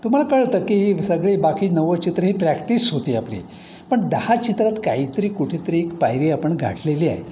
तुम्हाला कळतं की सगळी बाकी नव्वद चित्रे ही प्रॅक्टिस होती आपली पण दहा चित्रात काहीतरी कुठेतरी एक पायरी आपण गाठलेली आहे